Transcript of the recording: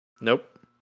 Nope